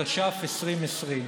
התש"ף 2020,